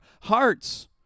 hearts